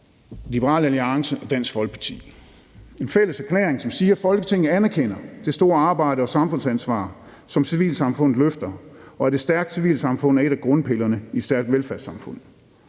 Liberal Alliance og Dansk Folkeparti: Forslag til vedtagelse »Folketinget anerkender det store arbejde og samfundsansvar, som civilsamfundet løfter, og at et stærkt civilsamfund er en af grundpillerne i et stærkt velfærdssamfund.